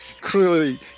clearly